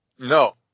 No